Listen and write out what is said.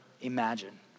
imagine